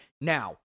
Now